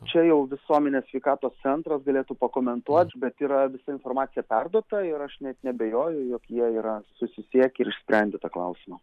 čia jau visuomenės sveikatos centras galėtų pakomentuot bet yra visa informacija perduota ir aš net neabejoju jog jie yra susisiekę ir išsprendę tą klausimą